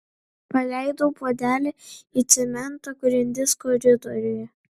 paleidau puodelį į cemento grindis koridoriuje